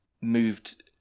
moved